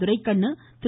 Duraikannu Thiru